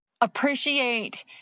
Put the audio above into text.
Appreciate